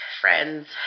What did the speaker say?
friends